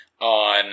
on